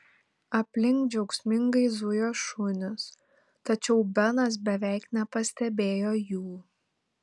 aplink džiaugsmingai zujo šunys tačiau benas beveik nepastebėjo jų